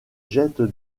jette